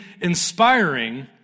inspiring